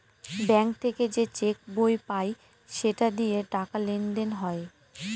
bank থেকে যে cheque বই পায় সেটা দিয়ে টাকা লেনদেন হয়